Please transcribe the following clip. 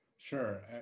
Sure